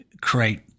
create